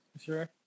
Sure